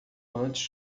antes